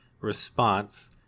response